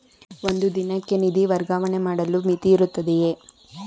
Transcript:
ಒಂದು ದಿನಕ್ಕೆ ನಿಧಿ ವರ್ಗಾವಣೆ ಮಾಡಲು ಮಿತಿಯಿರುತ್ತದೆಯೇ?